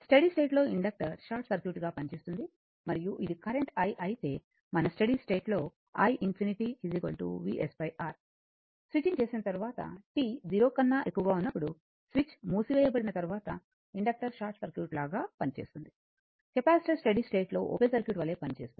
study స్టేట్లో inductor short సర్క్యూట్గా పనిచేస్తుంది మరియు ఇది కరెంటు i అయితే మన స్టడీ స్టేట్ లో i∞ Vs R స్విచ్చింగ్ చేసిన తరువాత t 0 కన్నా ఎక్కువగా ఉన్నప్పుడు స్విచ్ మూసివేయబడిన తర్వాత ఇండక్టర్ షార్ట్ సర్క్యూట్ లాగా పని చేస్తుంది కెపాసిటర్ స్టడీ స్టేట్ లో ఓపెన్ సర్క్యూట్ వలె పనిచేస్తుంది